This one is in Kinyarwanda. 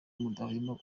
mudahwema